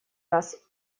раз